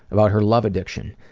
about her love addiction,